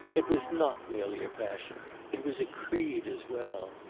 it was not merely a passion it was a creed as well.